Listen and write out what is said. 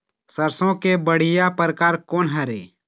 सरसों के बढ़िया परकार कोन हर ये?